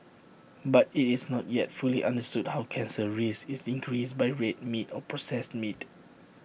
but IT is not yet fully understood how cancer risk is increased by red meat or processed meat